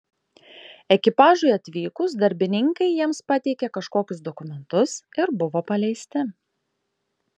ekipažui atvykus darbininkai jiems pateikė kažkokius dokumentus ir buvo paleisti